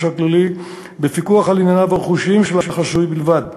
הכללי בפיקוח על ענייני הרכוש של החסוי בלבד.